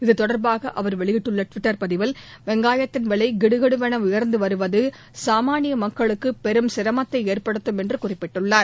இத்தொடர்பாக அவர் வெளியிட்டுள்ள டுவிட்டர் பதிவில் வெங்காயத்தின் விலை கிடுகிடுவென உயர்ந்து வருவது சாமானிய மக்களுக்கு பெரும் சிரமத்தை ஏற்படுத்தும் என்று குறிப்பிட்டுள்ளார்